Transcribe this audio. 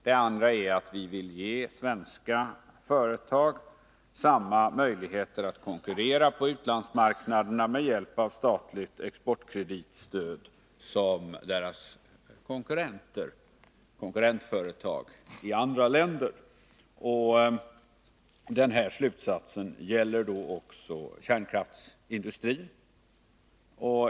Den andra är att vi vill ge svenska företag samma möjligheter att konkurrera på utlandsmarknaderna med hjälp av statligt exportkreditstöd som deras konkurrentföretag i andra länder får. Den slutsatsen gäller också kärnkraftsindustrin.